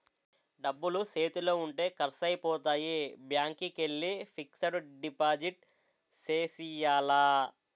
డబ్బులు సేతిలో ఉంటే ఖర్సైపోతాయి బ్యాంకికెల్లి ఫిక్సడు డిపాజిట్ సేసియ్యాల